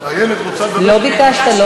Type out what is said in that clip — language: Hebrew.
לא ביקשת.